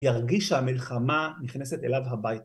ירגיש שהמלחמה נכנסת אליו הביתה.